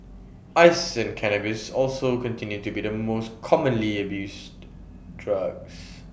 ice and cannabis also continue to be the most commonly abused drugs